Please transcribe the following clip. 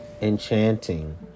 Enchanting